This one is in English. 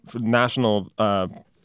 national